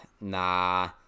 nah